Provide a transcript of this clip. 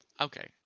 Okay